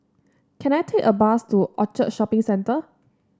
can I take a bus to Orchard Shopping Centre